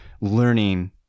learning